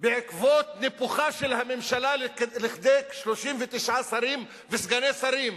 בעקבות ניפוחה של הממשלה כדי 39 שרים וסגני שרים,